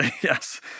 yes